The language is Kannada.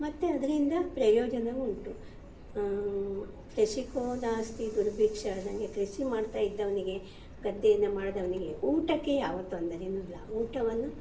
ಮತ್ತು ಅದರಿಂದ ಪ್ರಯೋಜನವೂ ಉಂಟು ಕೃಷಿಕೋ ನಾಸ್ತಿ ದುರ್ಭಿಕ್ಷಃ ಹೇಳಿದಂಗೆ ಕೃಷಿ ಮಾಡ್ತಾ ಇದ್ದವನಿಗೆ ಗದ್ದೆನ ಮಾಡಿದವ್ನಿಗೆ ಊಟಕ್ಕೆ ಯಾವ ತೊಂದರೆಯೂ ಇಲ್ಲ ಊಟವನ್ನು